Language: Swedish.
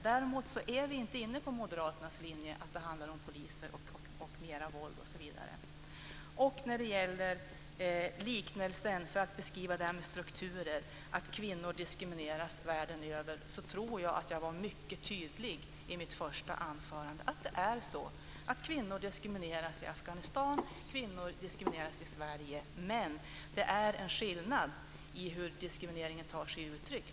Däremot är vi inte inne på Moderaternas linje att det handlar om poliser, mer våld osv. När det gäller liknelsen för att beskriva det här med strukturer, att kvinnor diskrimineras världen över, tror jag att jag var mycket tydlig i mitt första anförande: Det är så. Kvinnor diskrimineras i Afghanistan, och kvinnor diskrimineras i Sverige. Men det är skillnad på hur diskrimineringen tar sig uttryck.